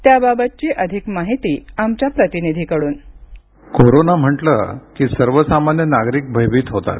त्याबाबतची अधिक माहिती आमच्या प्रतिनिधी कडून कोरोना म्हंटलं की सर्वसामान्य नागरिक भयभीत होतात